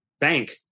bank